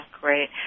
great